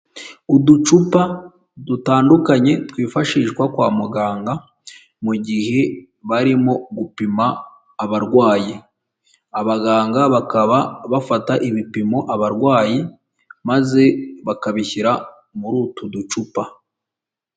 Uducupa dutandukanye twifashishwa kwa muganga mu gihe barimo gupima abarwayi, abaganga bakaba bafata ibipimo abarwayi, maze bakabishyira muri utu ducupa.